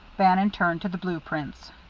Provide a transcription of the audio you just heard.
bannon turned to the blue prints.